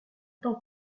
tant